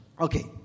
Okay